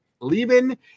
leaving